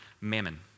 mammon